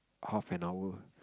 half an hour